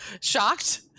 shocked